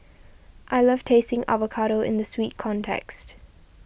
I love tasting avocado in the sweet context